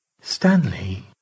Stanley